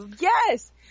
Yes